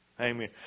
Amen